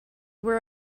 were